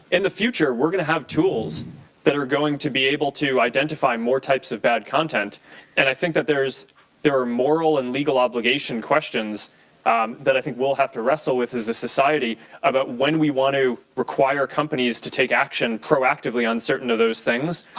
in the future we're going to have tools that are going to be able to identify more types of bad content and i think there are moral and legal obligation questions that i think we'll have to wrestle with as society about when we want to require companies to take action pro-actively on certain of those things.